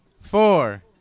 four